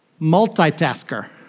Multitasker